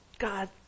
God